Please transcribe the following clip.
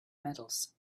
metals